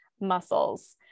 muscles